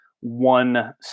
one